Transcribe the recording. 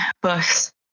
books